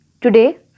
Today